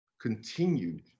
continued